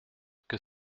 que